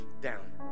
down